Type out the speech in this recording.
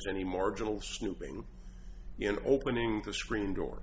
is any marginal snooping in opening the screen door